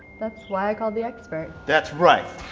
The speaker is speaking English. that's why i called the expert. that's right!